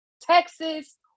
Texas